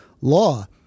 law